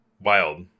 wild